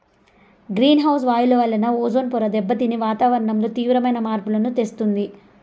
green house వాయువుల వలన ozone పొర దెబ్బతిని వాతావరణంలో తీవ్రమైన మార్పులను తెస్తుంది